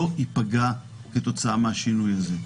לא ייפגע כתוצאה מהשינוי הזה.